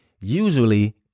usually